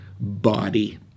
body